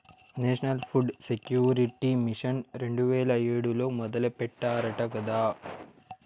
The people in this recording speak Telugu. నేషనల్ ఫుడ్ సెక్యూరిటీ మిషన్ రెండు వేల ఏడులో మొదలెట్టారట కదా